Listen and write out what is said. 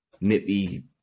nippy